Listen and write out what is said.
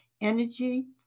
energy